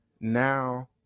Now